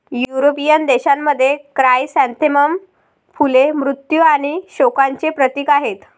European देशांमध्ये, chrysanthemum फुले मृत्यू आणि शोकांचे प्रतीक आहेत